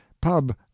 pub